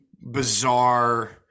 bizarre